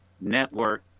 network